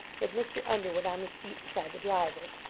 with mr. underwood on the seat beside the driver,